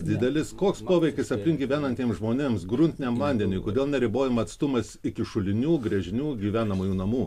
didelis koks poveikis aplink gyvenantiems žmonėms gruntiniam vandeniui kodėl neribojama atstumas iki šulinių gręžinių gyvenamųjų namų